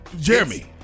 Jeremy